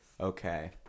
okay